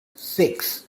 six